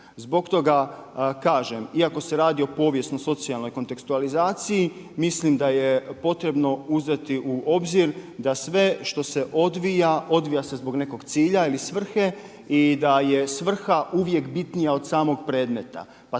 Zbog toga kažem, iako se radi o povijesno-socijalnoj kontekstualizaciji mislim da je potrebno uzeti u obzir da sve što se odvija, odvija se zbog nekog cilja i svrhe i da je svrha uvijek bitnija od samog predmeta.